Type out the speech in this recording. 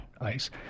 ice